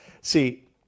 See